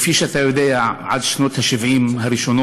כפי שאתה יודע, עד שנות ה-70 הראשונות,